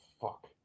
fuck